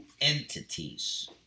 entities